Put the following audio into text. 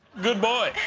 good boy.